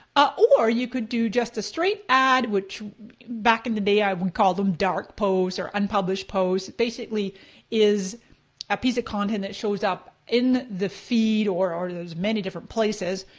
ah or you could do just a straight ad, which back in the day i would call them dark posts or unpublished posts. basically is a piece of content that shows up in the feed or or there's many places,